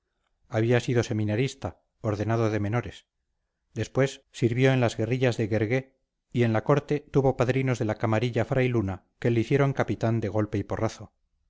había sido seminarista ordenado de menores después sirvió en las guerrillas de guergué y en la corte tuvo padrinos de la camarilla frailuna que le hicieron capitán de golpe y porrazo